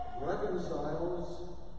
reconciles